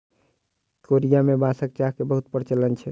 Korea में बांसक चाह के बहुत प्रचलन छै